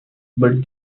but